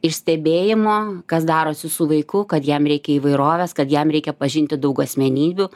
iš stebėjimo kas darosi su vaiku kad jam reikia įvairovės kad jam reikia pažinti daug asmenybių